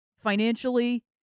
Financially